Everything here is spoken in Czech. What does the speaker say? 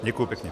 Děkuji pěkně.